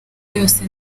yose